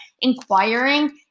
inquiring